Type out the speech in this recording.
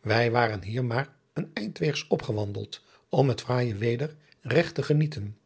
wij waren hier maar een eindweegs opgewandeld om het fraaije weder regt te genieten